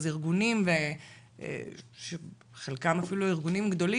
אז ארגונים שחלקם אפילו ארגונים גדולים,